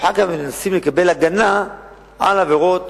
ואחר כך מנסים לקבל הגנה על עבירות